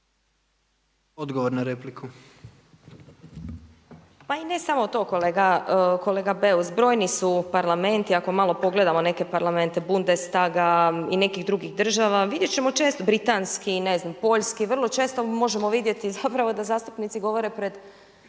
Sabina (SDP)** Pa i ne samo to kolega Beus. Brojni su parlamenti ako malo pogledamo neke parlamente Bundestaga i nekih drugih država vidjet ćemo često, britanski, ne znam poljski, vrlo često možemo vidjeti zapravo da zastupnici govore pred